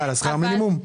מה, על שכר המינימום?